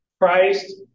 Christ